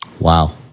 Wow